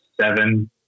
seven